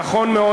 נכון מאוד,